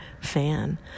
fan